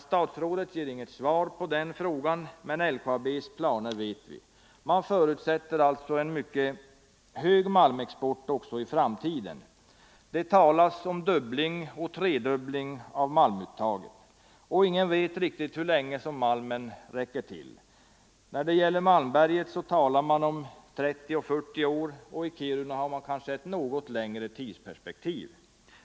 Statsrådet ger inget klart svar på den frågan, men LKAB:s planer vet vi. Man förutsätter en mycket hög malmexport även i framtiden. Det talas om dubbling och tredubbling av malmuttaget. Ingen vet riktigt hur länge malmen räcker. När det gäller Malmberget talas om 30-40 år, och i Kiruna har man kanske ett något längre tidsperspektiv.